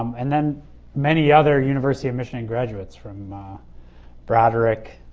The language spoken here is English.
um and then many other university of michigan graduates. from broderick